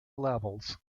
levels